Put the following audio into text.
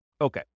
Okay